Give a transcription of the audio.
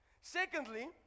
Secondly